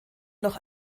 noch